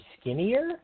skinnier